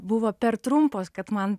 buvo per trumpos kad man